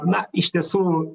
na iš tiesų